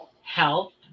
health